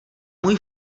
můj